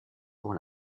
pour